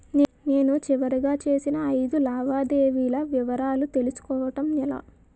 నేను చివరిగా చేసిన ఐదు లావాదేవీల వివరాలు తెలుసుకోవటం ఎలా?